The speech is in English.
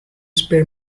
spare